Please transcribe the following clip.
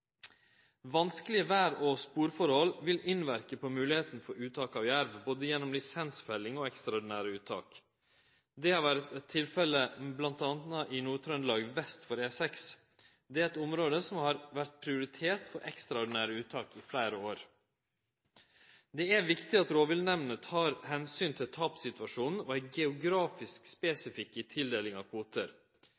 Vanskelege vêr- og sporforhold vil innverke på moglegheita for uttak av jerv, både gjennom lisensfelling og ekstraordinære uttak. Dette har vore tilfelle m.a. i Nord-Trøndelag vest for E6. Dette er eit område som har vore prioritert for ekstraordinære uttak i fleire år. Det er viktig at rovviltnemndene tek omsyn til tapssituasjonen og er geografisk